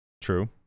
True